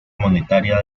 monetaria